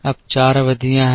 अब चार अवधियां हैं